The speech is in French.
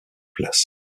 place